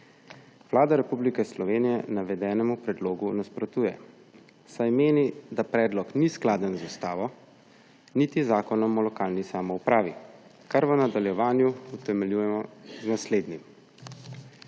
Vlada Republike Slovenije navedenemu predlogu nasprotuje, saj meni, da predlog ni skladen z ustavo niti Zakonom o lokalni samoupravi, kar v nadaljevanju utemeljujemo z naslednjim.